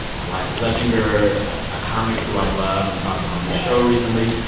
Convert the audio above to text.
iliza shlesinger, a ah comic who i love and talked to on this show recently.